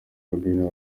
rw’i